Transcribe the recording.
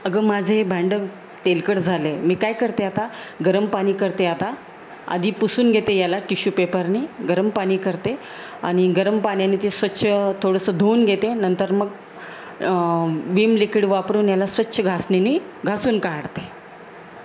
अगं माझं हे भांडं तेलकट झालं आहे मी काय करते आता गरम पाणी करते आता आधी पुसून घेते याला टिशू पेपरने गरम पाणी करते आणि गरम पाण्याने ते स्वच्छ थोडंसं धुवून घेते नंतर मग विम लिक्विड वापरून याला स्वच्छ घासणीने घासून काढते